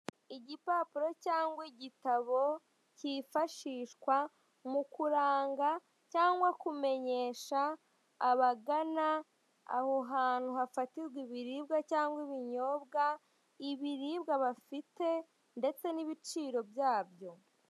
Igipapuro cyangwa igitabo cyifashishwa mu kuranga cyangwa kumenyesha abagana aho hantu hafatirwa ibiribwa cyangwa ibinyobwa, ibiribwa bafite ndetse n'ibiciro byabyo.